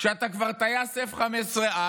כשאתה כבר טייס F-15I